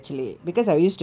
ah